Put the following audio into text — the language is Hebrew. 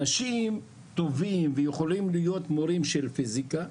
אנשים טובים ויכולים להיות מורים לפיזיקה,